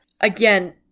Again